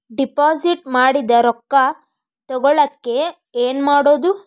Deposit ಮಾಡಿದ ರೊಕ್ಕ ತಗೋಳಕ್ಕೆ ಏನು ಮಾಡೋದು?